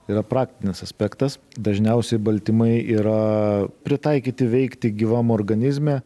yra praktinis aspektas dažniausiai baltymai yra pritaikyti veikti gyvam organizme